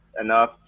enough